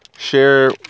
share